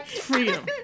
Freedom